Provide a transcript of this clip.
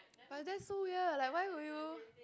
but that's so weird like why would you